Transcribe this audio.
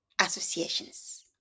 associations